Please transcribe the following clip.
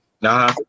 Nah